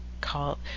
call